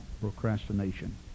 procrastination